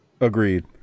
Agreed